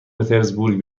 پترزبورگ